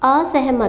असहमत